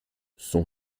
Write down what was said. son